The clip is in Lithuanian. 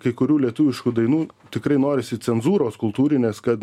kai kurių lietuviškų dainų tikrai norisi cenzūros kultūrinės kad